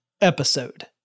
episode